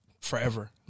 Forever